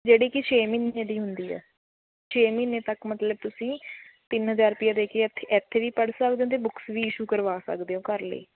ਜਿਹੜੀ ਕਿ ਛੇ ਮਹੀਨੇ ਦੀ ਹੁੰਦੀ ਹੈ ਛੇ ਮਹੀਨੇ ਤੱਕ ਮਤਲਬ ਤੁਸੀਂ ਤਿੰਨ ਹਜ਼ਾਰ ਰੁਪਇਆ ਦੇ ਕੇ ਇੱਥੇ ਇੱਥੇ ਵੀ ਪੜ੍ਹ ਸਕਦੇ ਹੋ ਅਤੇ ਬੁੱਕਸ ਵੀ ਈਸ਼ੂ ਕਰਵਾ ਸਕਦੇ ਹੋ ਘਰ ਲਈ